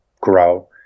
grow